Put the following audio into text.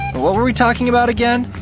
what were we talking about again?